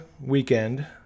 weekend